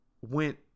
went